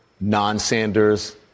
non-Sanders